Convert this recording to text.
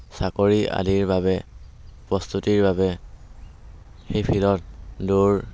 চাকৰি আদিৰ বাবে প্ৰস্তুতিৰ বাবে সেই ফিল্ডত দৌৰ